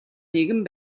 нэгэн